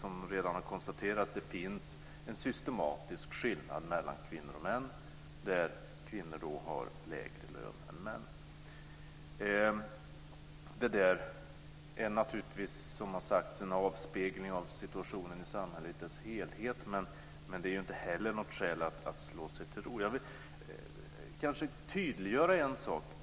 Som redan har konstaterats finns det en systematisk skillnad mellan kvinnor och män, att kvinnor har lägre lön än män. Det är naturligtvis, som har sagts, en avspegling av situationen i samhället i dess helhet, men det är inte något skäl att slå sig till ro. Jag vill tydliggöra en sak.